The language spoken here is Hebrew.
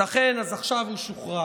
אז ייתכן שעכשיו הוא שוחרר,